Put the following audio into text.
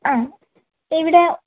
ആ ഇവിടെ